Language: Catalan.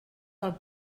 del